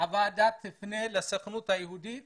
הוועדה תפנה לסוכנות היהודית